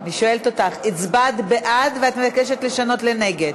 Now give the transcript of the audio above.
אני שואלת אותך: הצבעת בעד ואת מבקשת לשנות לנגד?